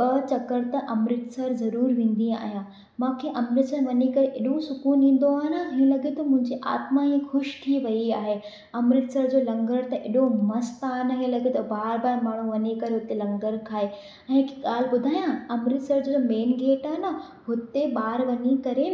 ॿ चकर त अमृतसर ज़रूरु वेंदी आहियां मूंखे अमृतसर वञी करे एॾो सुकूनु ईंदो आहे न हीअं लॻे थो मुंहिंजी आत्मा हीअं ख़ुशि थी रही आहे अमृतसर जो लंगर त एॾो मस्तु आहे न इहा लॻे थो माण्हू बार बार वञी करे हुते लंगर खाए ऐं हिकु ॻाल्हि बु॒धायां अमृतसर जो मेन गेट आहे न हुते ॿार वञी करे